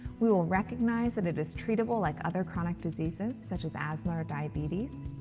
we will recognize that it is treatable like other chronic diseases, such as asthma or diabetes.